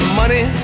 money